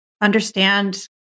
understand